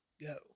go